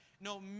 No